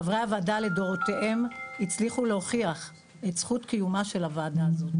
חברי הוועדה לדורותיהם הצליחו להוכיח את זכות קיומה של הוועדה הזאת,